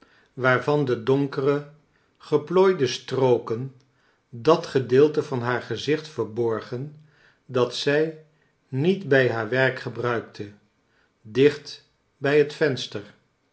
waarvan de donkere geplooide strooken dat gedeelte van haar gezicht verborgen dat zij niet bij haar werk gebruikte dicht bij het venster